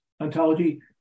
Ontology